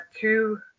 two